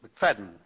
McFadden